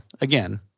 again